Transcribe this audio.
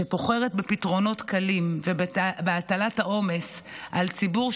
שבוחרת בפתרונות קלים ובהטלת העומס על ציבור,